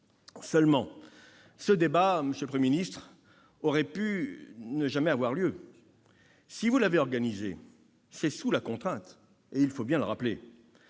Seulement, monsieur le Premier ministre, ce débat aurait pu ne jamais avoir lieu. Si vous l'avez organisé, c'est sous la contrainte ; il faut bien le rappeler.